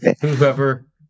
whoever